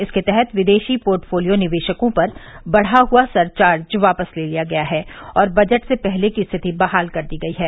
इनके तहत विदेशी पोर्टफोलियो निवेशकों पर बढ़ा हुआ सरचार्ज वापस ले लिया है और बजट से पहले की स्थिति बहाल कर दी गई है